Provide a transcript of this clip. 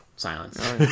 Silence